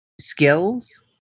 skills